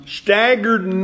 staggered